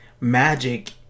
magic